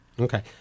Okay